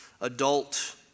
adult